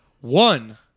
one